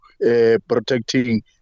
protecting